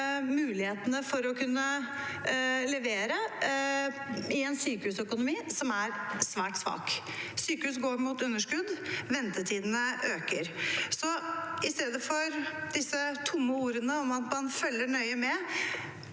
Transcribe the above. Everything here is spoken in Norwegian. mulighetene for å kunne levere i en sykehusøkonomi som er svært svak. Sykehus går mot underskudd, ventetidene øker. Istedenfor disse tomme ordene om at man følger nøye med: